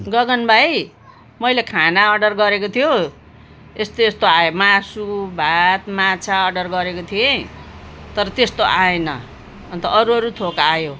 गगन भाइ मैले खाना अर्डर गरेको थियो यस्तो यस्तो आयो मासु भात माछा अर्डर गरेको थिएँ तर त्यस्तो आएन अनि त अरू अरू थोक आयो